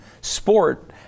sport